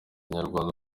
nyarwanda